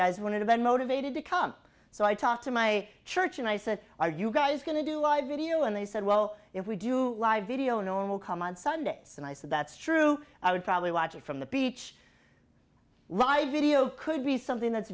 guys wanted to been motivated to come so i talked to my church and i said are you guys going to do live video and they said well if we do live video normal come on sunday and i said that's true i would probably watch it from the beach live video could be something that's